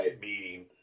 meeting